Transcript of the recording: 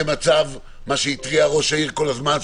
מה שהתריע ראש העיר כל הזמן,